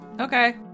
okay